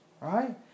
right